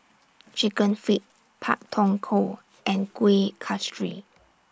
Chicken Feet Pak Thong Ko and Kueh Kasturi